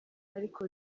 ariko